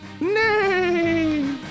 Nay